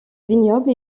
vignoble